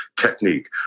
technique